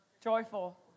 Joyful